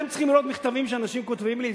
אתם צריכים לראות מכתבים שאנשים כותבים לי,